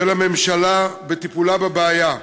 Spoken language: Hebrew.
של הממשלה, בטיפולה בבעיה.